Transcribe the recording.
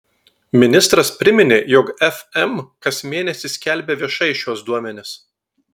ministras priminė jog fm kas mėnesį skelbia viešai šiuos duomenis